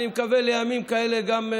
אני מקווה לימים כאלה גם,